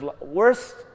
worst